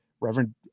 Reverend